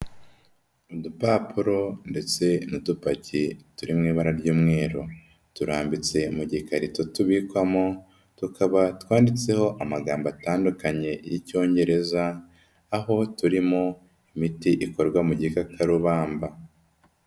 Udupapuro ndetse n'udupaki turi mu ibara ry'umweru turambitse mu gikarito tubikwamo, tukaba twanditseho amagambo atandukanye y'Icyongereza, aho turimo imiti ikorwa mu gikakarubamba.